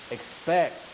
Expect